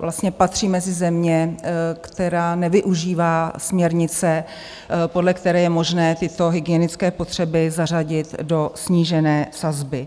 vlastně patří mezi země, která nevyužívá směrnice, podle které je možné tyto hygienické potřeby zařadit do snížené sazby.